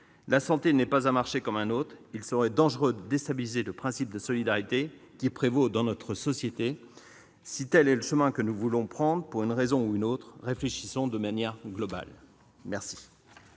n'est même pas un marché du tout ... Il serait dangereux de déstabiliser le principe de solidarité qui prévaut dans notre société. Si tel est le chemin que nous voulons emprunter, pour une raison ou pour une autre, réfléchissons de manière globale !